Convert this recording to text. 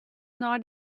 nei